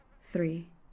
three